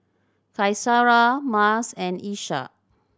Qaisara Mas and Ishak